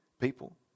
people